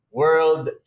world